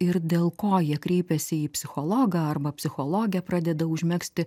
ir dėl ko jie kreipiasi į psichologą arba psichologė pradeda užmegzti